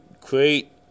create